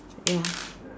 ya